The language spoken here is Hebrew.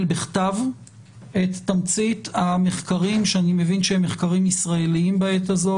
בכתב את תמצית המחקרים שאני מבין שהם מחקרים ישראליים בעת הזו,